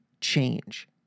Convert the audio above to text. change